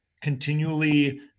continually